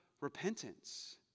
repentance